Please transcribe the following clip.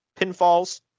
pinfalls